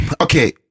Okay